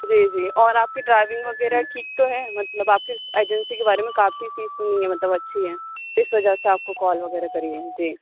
جی جی اور آپ کی ڈرائیونگ وغیرہ ٹھیک تو ہیں مطلب آپ کی ایجنسی کے بارے میں کافی چیز سُنی ہے مطلب اچھی ہیں اِس وجہ سے آپ کو کال وغیرہ کری ہے جی